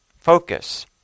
Focus